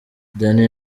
danny